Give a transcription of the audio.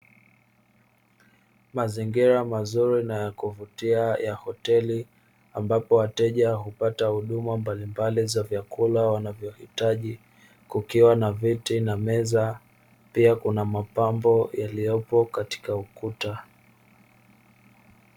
Mazingira mazuri na ya kuvutia ya hoteli ambapo wateja hupata huduma mbalimbali za vyakula wanavyohitaji, kukiwa na viti na meza pia kuna mapambo yaliyopo katika ukuta.